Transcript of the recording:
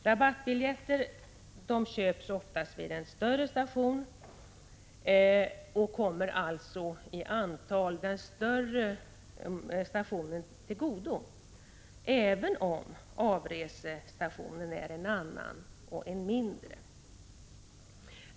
Rabattbiljetter köps oftast vid en större station och kommer alltså i antal den större stationen till godo även om avresestationen är en annan och en mindre.